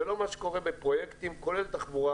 זה לא מה שקורה בפרויקטים כולל אחרים.